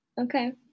okay